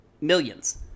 millions